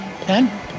Ten